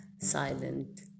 silent